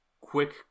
quick